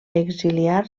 exiliar